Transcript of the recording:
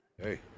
Hey